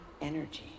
energy